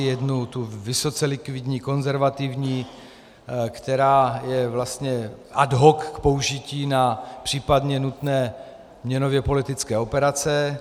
Jednu vysoce likvidní, konzervativní, která je vlastně ad hoc k použití na případně nutné měnově politické operace.